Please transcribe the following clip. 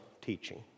teaching